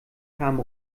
kamen